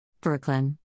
Brooklyn